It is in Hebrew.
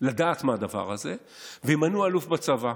לדעת מהדבר הזה, וימנו אלוף בצבא.